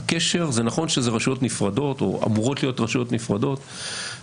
זה נכון שאלה רשויות נפרדות או אמורות להיות רשויות נפרדות,